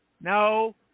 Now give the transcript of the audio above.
No